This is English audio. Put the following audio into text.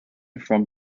from